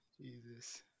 Jesus